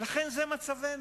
ולכן זה מצבנו.